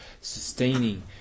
sustaining